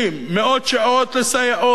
מאות שעות לסייעות.